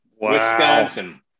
Wisconsin